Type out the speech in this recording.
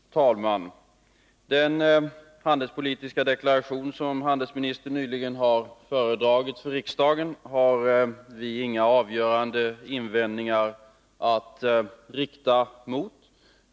Herr talman! Den handelspolitiska deklaration som handelsministern föredragit för riksdagen har vi inga avgörande invändningar emot.